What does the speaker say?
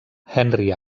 henry